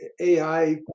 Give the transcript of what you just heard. AI